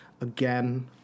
Again